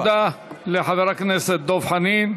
תודה לחבר הכנסת דב חנין.